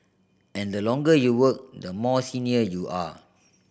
and the longer you work the more senior you are